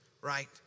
right